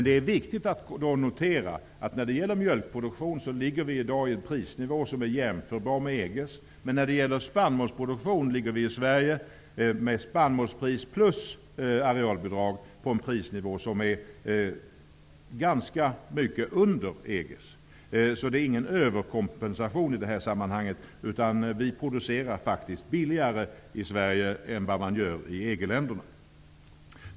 Det är viktigt att notera att vi när det gäller mjölkproduktion ligger på en prisnivå som är jämförbar med EG:s, men att Sveriges spannmålspris plus arealbidrag ligger på en ganska mycket lägre nivå än EG:s. Det är alltså inte fråga om överkompensation, utan vi producerar faktiskt billigare i Sverige än vad man gör i EG-länderna.